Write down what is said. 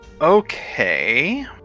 okay